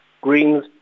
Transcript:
Greens